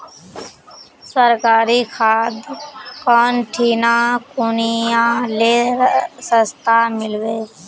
सरकारी खाद कौन ठिना कुनियाँ ले सस्ता मीलवे?